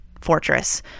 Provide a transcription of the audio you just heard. fortress